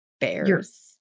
Bears